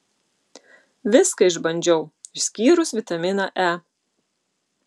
viską išbandžiau išskyrus vitaminą e